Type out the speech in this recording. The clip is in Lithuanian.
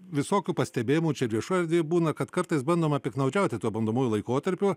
visokių pastebėjimų čia ir viešojoj erdvėj būna kad kartais bandoma piktnaudžiauti tuo bandomuoju laikotarpiu